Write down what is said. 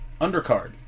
Undercard